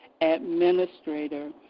administrator